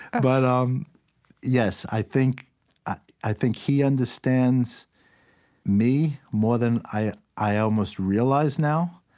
but, um yes, i think i think he understands me more than i i almost realize now